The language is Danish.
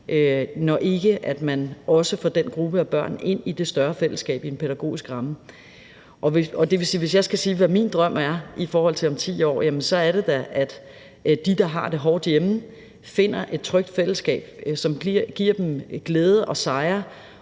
når man ikke også får den gruppe af børn ind i et større fællesskab i pædagogisk ramme. Og det vil sige, at hvis jeg skal sige, hvad min drøm er i forhold til om 10 år, så er det da, at de, der har det hårdt hjemme, finder et trygt fællesskab, som giver dem glæde og sejre,